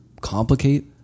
complicate